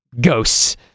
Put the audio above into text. Ghosts